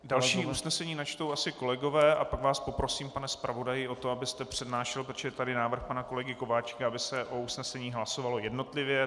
Další usnesení načtou asi kolegové a pak vás poprosím, pane zpravodaji o to, abyste přednášel, protože je tady návrh pana kolegy Kováčika, aby se o usneseních hlasovalo jednotlivě.